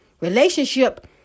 relationship